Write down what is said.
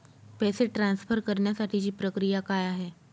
पैसे ट्रान्सफर करण्यासाठीची प्रक्रिया काय आहे?